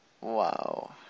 Wow